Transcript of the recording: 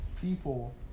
people